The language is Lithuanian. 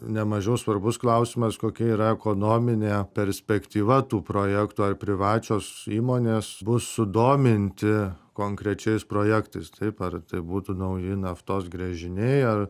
nemažiau svarbus klausimas kokia yra ekonominė perspektyva tų projektų ar privačios įmonės bus sudominti konkrečiais projektais taip ar tai būtų nauji naftos gręžiniai ar